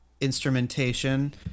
instrumentation